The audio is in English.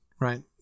right